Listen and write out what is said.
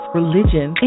religion